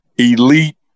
elite